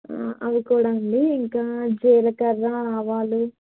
అవి కూడా అండి ఇంకా జీలకర్ర ఆవాలు